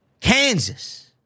Kansas